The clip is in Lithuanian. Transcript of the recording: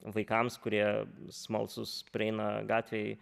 vaikams kurie smalsūs prieina gatvėj